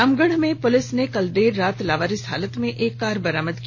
रामगढ़ में पुलिस ने कल देर रात लावारिस हालत में एक कार बरामद की